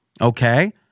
Okay